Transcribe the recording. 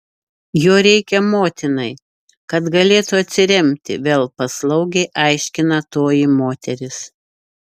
jo reikia motinai kad galėtų atsiremti vėl paslaugiai aiškina toji moteris